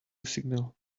signal